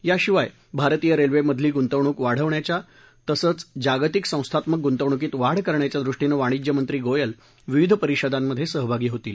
याशिवाय भारतीय रेल्वेमधील गुंतवणूक वाढवण्याच्या तसचं जागतिक संस्थात्मक गुंतवणीत वाढ करण्याच्या दृष्टीनं वाणिज्यमंत्री गोयल विविध परिषदांमधे सहभागी होतील